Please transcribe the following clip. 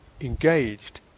engaged